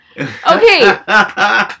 Okay